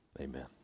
amen